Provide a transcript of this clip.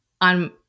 on